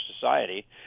society